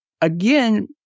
Again